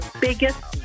biggest